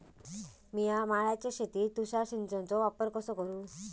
मिया माळ्याच्या शेतीत तुषार सिंचनचो वापर कसो करू?